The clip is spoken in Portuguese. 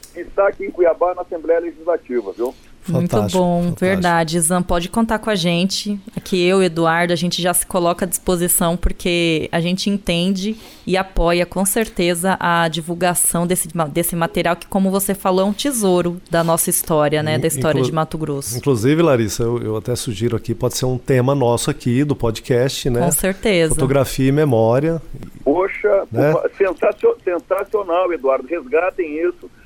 Está aqui em Cuiabá, na Assembleia Legislativa, viu? Muito Fantástico, bom, fantástico. verdade. Zan, pode contar com a gente. Aqui eu, Eduardo, a gente já se coloca à disposição, porque a gente entende e apoia, com certeza, a divulgação desse ma- desse material que, como você falou, é um tesouro da nossa história, né, Inclu- da história de inclu- Mato Grosso. inclusive, Larissa, eu- eu até sugiro aqui, pode ser um tema nosso aqui do podcast, né? Com certeza. Fotografia e memória, e- Poxa, né? uma- sensacio- sensacional, Eduardo. Resgatem isso.